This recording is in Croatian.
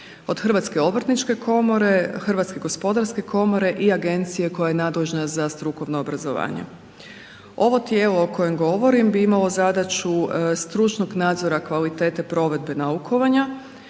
od Hrvatske obrtničke komore, Hrvatske gospodarske komore i agencije koja je nadležna za strukovno obrazovanje. Ovo tijelo o kojem govorim bi imalo zadaću stručnog nadzora kvalitete provedbe naukovanja